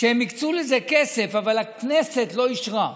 שהם הקצו לזה כסף אבל הכנסת לא אישרה,